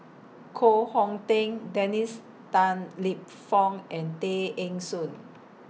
Koh Hong Teng Dennis Tan Lip Fong and Tay Eng Soon